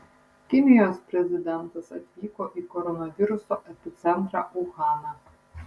kinijos prezidentas atvyko į koronaviruso epicentrą uhaną